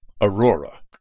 aurora